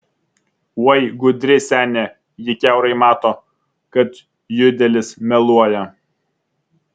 oi gudri senė ji kiaurai mato kad judelis meluoja